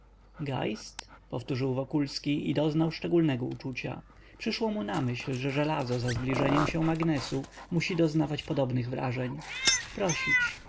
geist powtórzył wokulski i doznał szczególnego uczucia przyszło mu na myśl że żelazo za zbliżeniem się magnesu musi doznawać podobnych wrażeń prosić